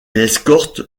escorte